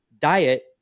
diet